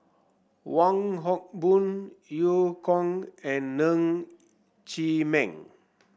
Wong Hock Boon Eu Kong and Ng Chee Meng